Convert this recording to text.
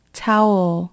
towel